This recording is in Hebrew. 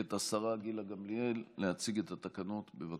את השרה גילה גמליאל להציג את התקנות, בבקשה.